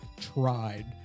tried